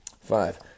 five